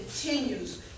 continues